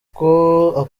akomeza